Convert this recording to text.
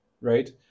right